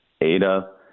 Ada